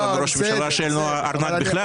יש גם ראש ממשלה שאין לו ארנק בכלל,